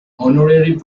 honorary